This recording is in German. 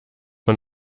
man